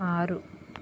ఆరు